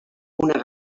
una